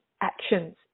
actions